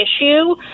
issue